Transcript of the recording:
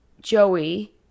Joey